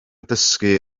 dysgu